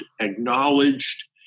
acknowledged